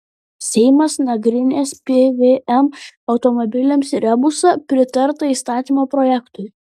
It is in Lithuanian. seimas nagrinės pvm automobiliams rebusą pritarta įstatymo projektui